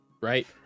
Right